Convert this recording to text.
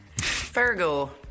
Fargo